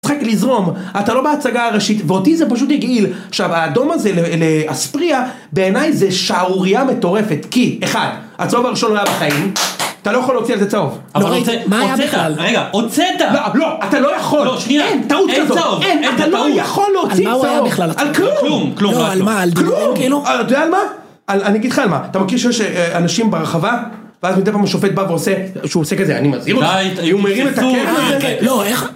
צריך רק לזרום, אתה לא בהצגה הראשית, ואותי זה פשוט הגעיל עכשיו, האדום הזה להספריה בעיניי זה שערוריה מטורפת כי, אחד, הצהוב הראשון לא היה בחיים אתה לא יכול להוציא על זה צהוב מה היה בכלל? לא, אתה לא יכול אתה לא יכול להוציא צהוב על מה הוא היה בכלל? על כלום! אני אגיד לך על מה, אתה מכיר שיש אנשים ברחבה ואז מדי פעם השופט בא ועושה שהוא עושה כזה, אני מזהיר אותך. הוא מרים את הקרן.